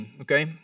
okay